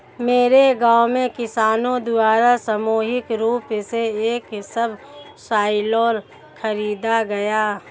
मेरे गांव में किसानो द्वारा सामूहिक रूप से एक सबसॉइलर खरीदा गया